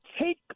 take –